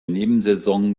nebensaison